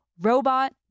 Robot